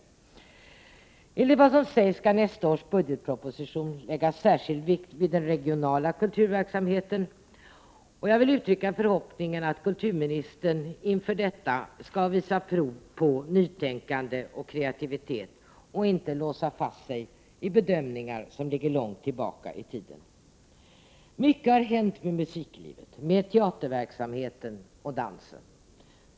Enligt vad som sägs skall man i nästa års budgetproposition lägga särskild vikt vid den regionala kulturverksamheten. Jag vill uttrycka en förhoppning om att kulturministern då vågar visa prov på nytänkande och kreativitet och att han inte låser sig fast vid bedömningar som ligger långt tillbaka i tiden. Mycket har hänt inom musiklivet, med teaterverksamheten och dansen.